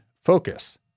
focus